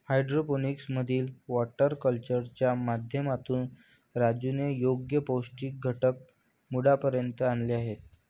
hydroponics मधील water कल्चरच्या माध्यमातून राजूने योग्य पौष्टिक घटक मुळापर्यंत आणले आहेत